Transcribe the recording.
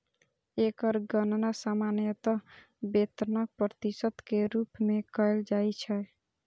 एकर गणना सामान्यतः वेतनक प्रतिशत के रूप मे कैल जाइ छै